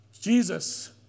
Jesus